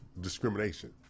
discrimination